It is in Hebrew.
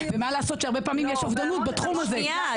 מה לעשות שהרבה פעמים יש אובדנות בתחום הזה,